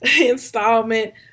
installment